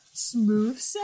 smooth